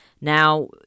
Now